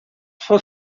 for